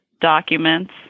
documents